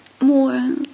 more